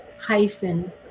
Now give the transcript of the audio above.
hyphen